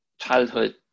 childhood